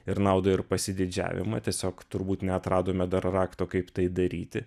ir naudą ir pasididžiavimą tiesiog turbūt neatradome dar rakto kaip tai daryti